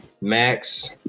Max